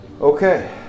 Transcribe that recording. Okay